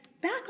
back